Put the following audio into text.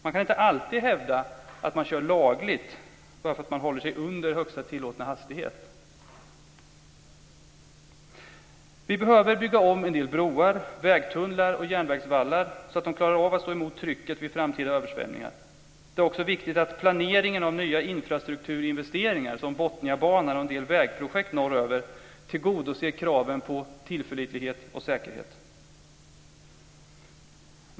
Man kan inte alltid hävda att man kör lagligt bara för att man håller sig under högsta tillåtna hastighet. Vi behöver bygga om en del broar, vägtunnlar och järnvägsvallar så att de klarar av att stå emot trycket vid framtida översvämningar. Det är också viktigt att planeringen av nya infrastrukturinvesteringar som Botniabanan och en del vägprojekt norröver tillgodoser kraven på tillförlitlighet och säkerhet.